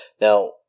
Now